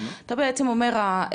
אתה בעצם אומר,